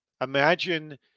imagine